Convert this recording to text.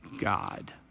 God